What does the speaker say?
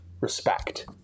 respect